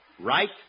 Right